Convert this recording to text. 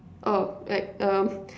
oh like um